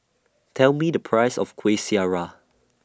Tell Me The Price of Kueh Syara